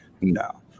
no